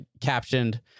captioned